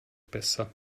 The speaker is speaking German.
besser